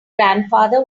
grandfather